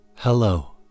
Hello